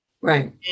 Right